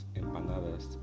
empanadas